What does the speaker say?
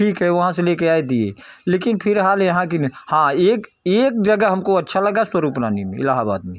ठीक है वहाँ से लेकर आए दिए लेकिन फ़िर हाल यहाँ की हाँ एक जगह हमको अच्छा लगा स्वरूप रानी में इलाहाबाद में